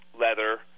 leather